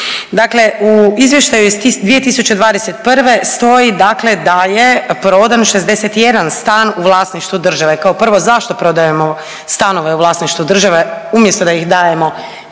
Dakle, u izvještaju iz 2021. stoji dakle da je prodan 61 stan u vlasništvu države. Kao prvo zašto prodajemo stanove u vlasništvu države umjesto da ih dajemo